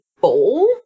bowl